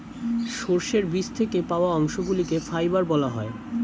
সর্ষের বীজ থেকে পাওয়া অংশগুলিকে ফাইবার বলা হয়